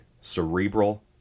Cerebral